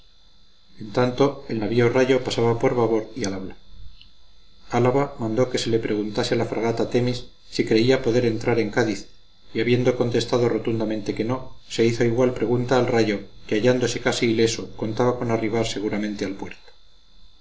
en tanto el navío rayo pasaba por babor y al habla álava mandó que se le preguntase a la fragata themis si creía poder entrar en cádiz y habiendo contestado rotundamente que no se hizo igual pregunta al rayo que hallándose casi ileso contaba con arribar seguramente al puerto